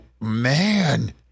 man